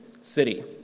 city